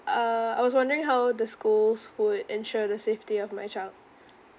err I was wondering how the schools would ensure the safety of my child